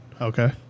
Okay